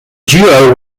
duo